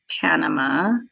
Panama